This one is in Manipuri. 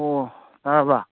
ꯑꯣ ꯇꯥꯔꯕ